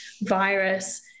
virus